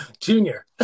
Junior